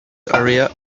area